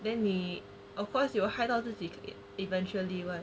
then 你 of course you will 害到自己 eventually [one]